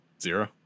Zero